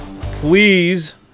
Please